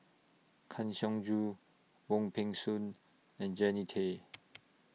Kang Siong Joo Wong Peng Soon and Jannie Tay